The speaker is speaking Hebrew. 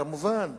כמובן,